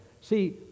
see